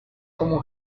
como